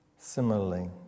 Similarly